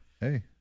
hey